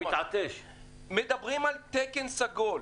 מדברים על תו סגול.